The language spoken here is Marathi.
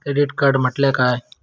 क्रेडिट कार्ड म्हटल्या काय?